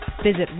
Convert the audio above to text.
Visit